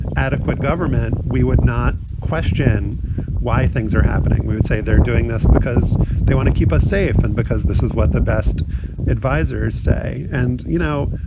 adequate government we would not question why things are happening. we would say they're doing this because they want to keep us safe and because this is what the best advisers say. and you know